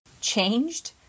Changed